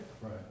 Right